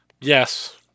Yes